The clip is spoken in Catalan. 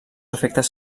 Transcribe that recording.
efectes